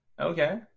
Okay